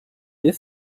deux